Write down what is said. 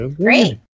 Great